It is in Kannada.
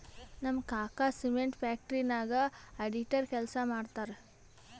ನಮ್ ಕಾಕಾ ಸಿಮೆಂಟ್ ಫ್ಯಾಕ್ಟರಿ ನಾಗ್ ಅಡಿಟರ್ ಕೆಲ್ಸಾ ಮಾಡ್ತಾರ್